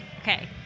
Okay